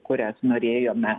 kurias norėjome